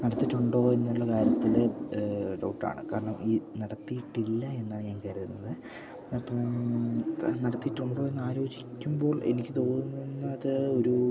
നടത്തിയിട്ടുണ്ടോയെന്നുള്ള കാര്യത്തില് ഡൗട്ടാണ് കാരണം ഈ നടത്തിയിട്ടില്ലെന്നാണ് ഞാൻ കരുതുന്നത് അപ്പം നടത്തിയിട്ടുണ്ടോയെന്ന് ആലോചിക്കുമ്പോൾ എനിക്ക് തോന്നുന്നത് ഒരു